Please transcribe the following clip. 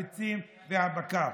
הביצים והבקר.